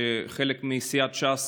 שחלק מסיעת ש"ס,